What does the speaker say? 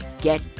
get